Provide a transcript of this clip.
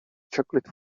chocolate